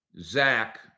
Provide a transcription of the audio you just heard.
Zach